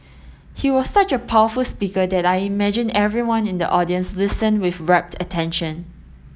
he was such a powerful speaker that I imagine everyone in the audience listened with rapt attention